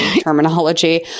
terminology